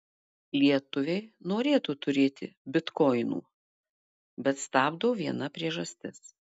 lietuviai norėtų turėti bitkoinų bet stabdo viena priežastis